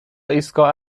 ایستگاه